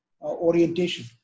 orientation